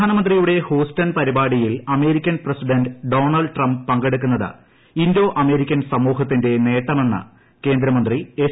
പ്രധാനമന്ത്രിയുടെ ഹൂസ്റ്റൺ പ്രീപാടിയിൽ American president Donald Trump പങ്കെടുക്കുന്നത് ഇന്തോ അമേരിക്കൻ സ്മൂഹ്ത്തിന്റെ നേട്ടമെന്ന് കേന്ദ്രമന്ത്രി എസ്